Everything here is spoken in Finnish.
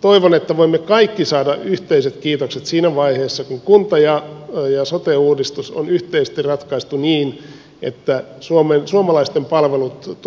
toivon että voimme kaikki saada yhteiset kiitokset siinä vaiheessa kun kunta ja sote uudistus on yhteisesti ratkaistu niin että suomalaisten palvelut